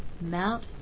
Mount